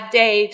day